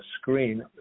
screen